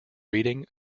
reading